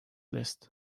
list